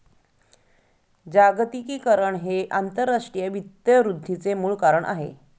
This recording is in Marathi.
जागतिकीकरण हे आंतरराष्ट्रीय वित्त वृद्धीचे मूळ कारण आहे